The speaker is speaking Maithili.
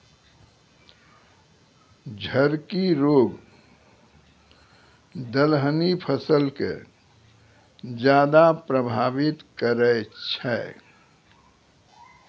झड़की रोग दलहनी फसल के ज्यादा प्रभावित करै छै